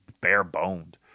bare-boned